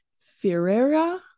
Ferreira